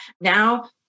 Now